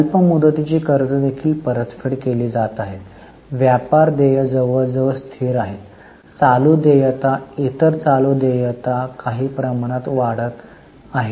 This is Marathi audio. अल्प मुदतीची कर्ज देखील परतफेड केली जाते व्यापार देय जवळजवळ स्थिर असतात चालू देयता इतर चालू देयता काही प्रमाणात वाढत आहेत